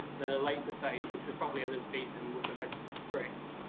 then a later phase, which was probably elizabethan, with the red bricks.